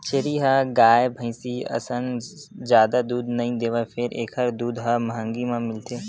छेरी ह गाय, भइसी असन जादा दूद नइ देवय फेर एखर दूद ह महंगी म मिलथे